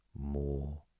more